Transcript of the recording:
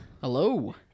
Hello